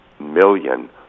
million